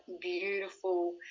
beautiful